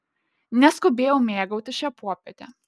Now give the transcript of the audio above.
neskubėjau mėgautis šia popiete